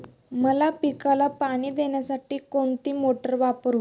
मका पिकाला पाणी देण्यासाठी कोणती मोटार वापरू?